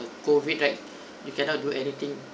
COVID right you cannot do anything